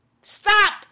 Stop